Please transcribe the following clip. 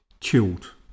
chilled